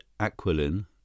aquiline